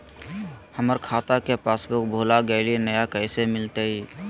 हमर खाता के पासबुक भुला गेलई, नया कैसे मिलतई?